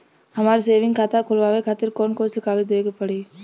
हमार सेविंग खाता खोलवावे खातिर कौन कौन कागज देवे के पड़ी?